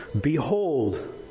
Behold